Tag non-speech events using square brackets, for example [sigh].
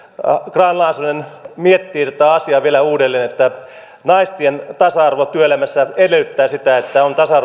grahn laasonen miettii tätä asiaa vielä uudelleen että naisten tasa arvo työelämässä edellyttää sitä että on tasa [unintelligible]